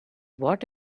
what